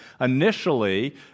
Initially